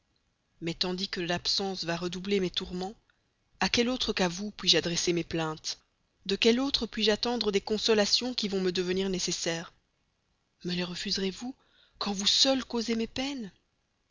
mais tandis que l'absence va redoubler mes tourments à quelle autre qu'à vous puis-je adresser mes plaintes de quelle autre puis-je attendre des consolations qui vont me devenir si nécessaires me les refuserez-vous quand vous seule causez mes peines